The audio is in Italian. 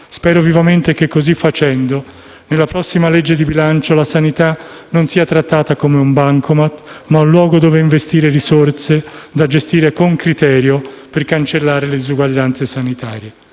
Spero vivamente che così facendo, nella prossima legge di bilancio, la sanità non sia trattata come un bancomat, ma sia un luogo dove investire risorse da gestire con criterio per cancellare le disuguaglianze sanitarie.